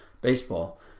baseball